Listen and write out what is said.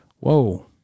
Whoa